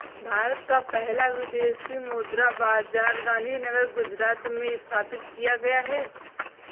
भारत का पहला विदेशी मुद्रा बाजार गांधीनगर गुजरात में स्थापित किया गया है